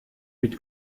mit